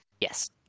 Yes